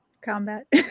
combat